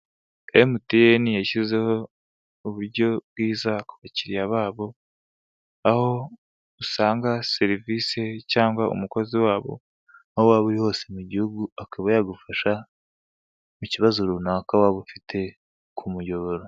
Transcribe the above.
Emutiyeni yashyizeho uburyo bwiza ku bakiriya babo aho usanga serivise cyangwa umukozi wabo aho waba uri hose mu gihugu akaba yagufasha ku kibazo runaka waba ufite ku muyoboro.